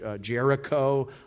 Jericho